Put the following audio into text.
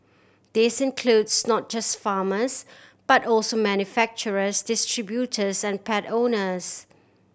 this includes not just farmers but also manufacturers distributors and pet owners